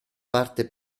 parte